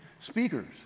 speakers